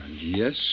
Yes